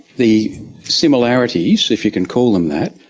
the similarities, if you can call them that,